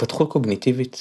התפתחות קוגניטיבית